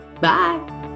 Bye